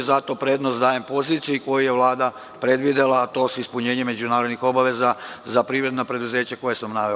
Zato prednost dajem poziciji koju je Vlada predvidela, a to su ispunjenja međunarodnih obaveza za privredna preduzeća koja sam naveo.